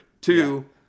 two